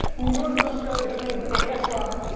new york to australia to cleveland. yes, robert.